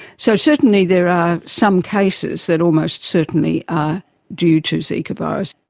so, certainly there are some cases that almost certainly are due to zika virus.